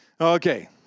Okay